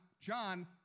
John